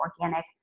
organic